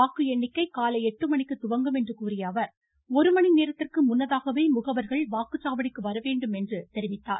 வாக்கு எண்ணிக்கை காலை எட்டு மணிக்கு துவங்கும் என்று கூறிய அவர் ஒரு மணி நேரத்திற்கு முன்னதாகவே முகவர்கள் வாக்குச்சாவடிக்கு வரவேண்டும் என்று தெரிவித்துள்ளார்